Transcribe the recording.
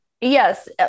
yes